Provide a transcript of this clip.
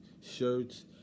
shirts